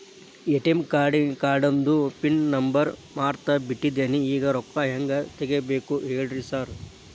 ATM ಕಾರ್ಡಿಂದು pin number ಮರ್ತ್ ಬಿಟ್ಟಿದೇನಿ ಈಗ ರೊಕ್ಕಾ ಹೆಂಗ್ ತೆಗೆಬೇಕು ಹೇಳ್ರಿ ಸಾರ್